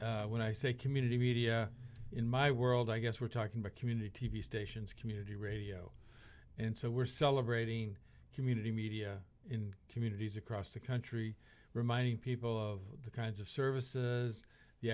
when i say community media in my world i guess we're talking about community stations community radio and so we're celebrating community media in communities across the country reminding people of the kinds of services the